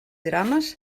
drames